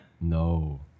No